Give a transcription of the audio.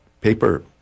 paper